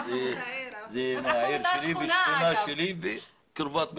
היא מהעיר שלי, מהשכונה שלי וקרובת משפחה.